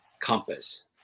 compass